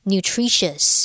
Nutritious